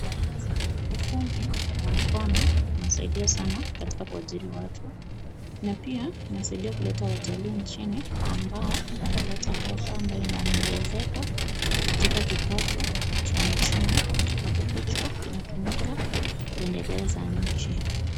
Ufundi wa mkono unasaidia sana katika kuajiri watu. Na pia inasaidia kuleta watalii nchini, ambao wanaleta pesa ambayo inaongezeka katika kipato cha nchini, na kipato hicho kinatumika kuendeleza nchi.